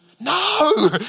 no